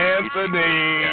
Anthony